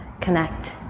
connect